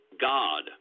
God